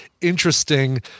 interesting